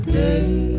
day